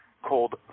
Called